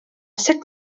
sut